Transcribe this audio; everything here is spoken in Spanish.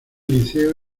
liceo